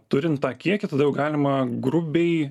turint tą kiekį tada jau galima grubiai